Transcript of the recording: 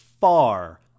far